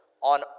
on